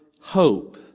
hope